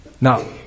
Now